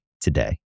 today